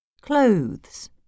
Clothes